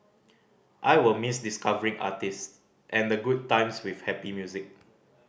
I will miss discovering artist and the good times with happy music